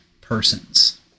persons